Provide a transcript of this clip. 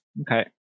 Okay